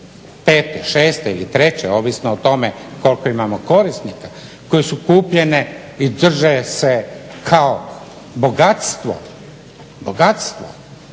5., 6. ili 3.ovisno o tome koliko imamo korisnika koje su kupljene i drže se kao bogatstvo da se